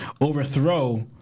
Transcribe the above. overthrow